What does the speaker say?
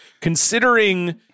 considering